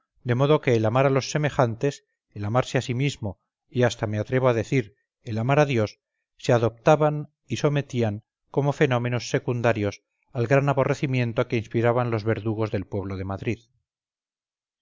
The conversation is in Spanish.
de modo que el amar a los semejantes el amarse a sí mismo y hasta me atrevo a decir el amar a dios se adoptaban y sometían como fenómenos secundarios al gran aborrecimiento que inspiraban los verdugos del pueblo de madrid